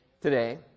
today